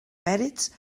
mèrits